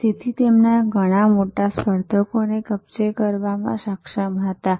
તેઓ તેમના ઘણા મોટા સ્પર્ધકોને કબજે કરવામાં સક્ષમ હતા